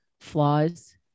flaws